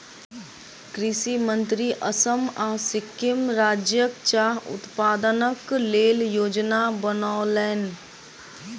कृषि मंत्री असम आ सिक्किम राज्यक चाह उत्पादनक लेल योजना बनौलैन